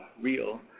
real